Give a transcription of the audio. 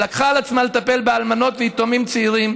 שלקחה על עצמה לטפל באלמנות ויתומים צעירים,